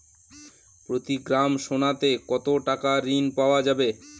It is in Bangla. প্রতি গ্রাম সোনাতে কত টাকা ঋণ পাওয়া যাবে?